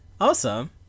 Awesome